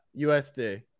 USD